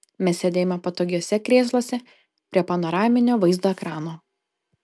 mes sėdėjome patogiuose krėsluose prie panoraminio vaizdo ekrano